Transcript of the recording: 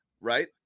right